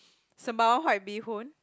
sembawang white bee-hoon